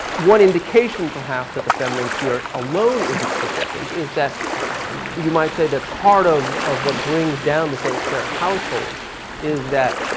one indication perhaps that the feminine sphere alone isn't sufficient is that you might say that part of, of what brings down the saint claire household is that